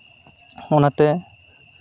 ᱚᱱᱟᱛᱮ